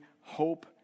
hope